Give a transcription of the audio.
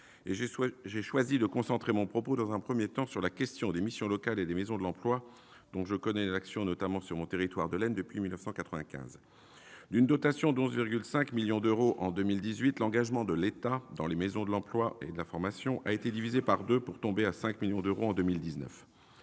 J'ai choisi de concentrer mon propos, dans un premier temps, sur la question des missions locales et des maisons de l'emploi, dont je connais l'action, notamment sur mon territoire de l'Aisne, depuis 1995. Alors que la dotation s'élevait encore à 11,5 millions d'euros en 2018, l'engagement de l'État dans les maisons de l'emploi et de la formation a été divisé par deux, pour tomber à 5 millions d'euros en 2019.